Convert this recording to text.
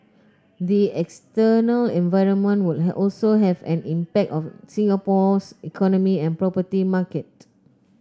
the external environment would also have an impact on Singapore's economy and property market